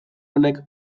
honek